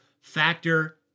Factor